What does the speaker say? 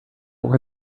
where